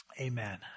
amen